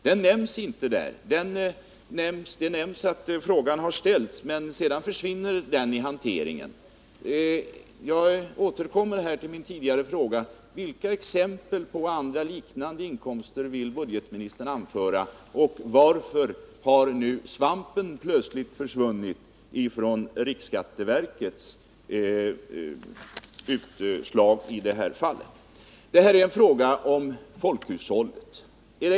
Den nämns inte där. Det nämns att frågan har ställts, men sedan försvinner den i promemorian. Jag återkommer till min tidigare fråga: Vilka exempel på ”andra liknande inkomster” vill budgetministern anföra, och varför har nu svampen plötsligt försvunnit från riksskatteverkets utslag i det här fallet? Det här är en fråga om folkhushållet.